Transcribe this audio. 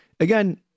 Again